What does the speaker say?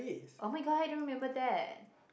oh-my-god I don't remember that